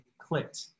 clicked